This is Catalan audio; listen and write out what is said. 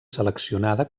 seleccionada